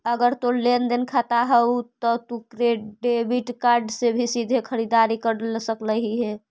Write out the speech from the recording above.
अगर तोर लेन देन खाता हउ त तू डेबिट कार्ड से भी सीधे खरीददारी कर सकलहिं हे